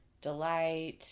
Delight